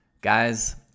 Guys